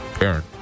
Aaron